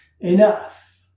enough